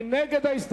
מי נגד?